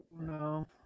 No